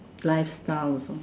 lifestyle